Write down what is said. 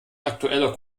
aktueller